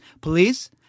Police